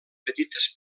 petites